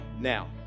now